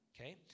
okay